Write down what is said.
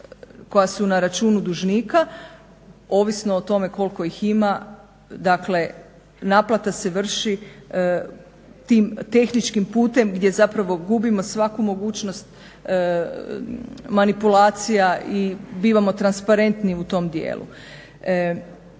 koja su na računu dužnika ovisno o tome koliko ih ima. Dakle, naplata se vrši tim tehničkim putem, gdje zapravo gubimo svaku mogućnost manipulacija i bivamo transparentni u tom dijelu.